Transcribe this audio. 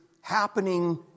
happening